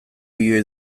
milioi